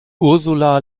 ursula